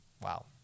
wow